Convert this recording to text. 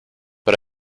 but